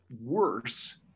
worse